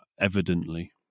evidently